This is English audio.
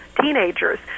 teenagers